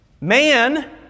man